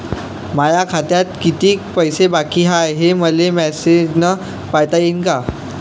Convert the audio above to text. माया खात्यात कितीक पैसे बाकी हाय, हे मले मॅसेजन पायता येईन का?